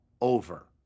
over